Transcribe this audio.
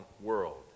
world